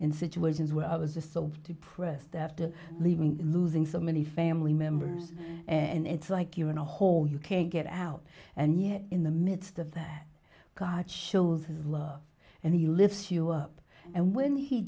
in situations where i was so depressed after leaving losing so many family members and it's like you're in a hole you can't get out and yet in the midst of that god shows his love and he lifts you up and when he